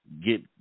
get